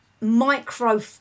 micro